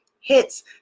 hits